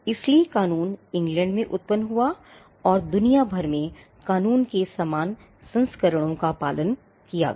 इसलिए कानून इंग्लैंड में उत्पन्न हुआ और दुनिया भर में कानून के समान संस्करणों का पालन किया गया